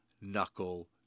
Knuckle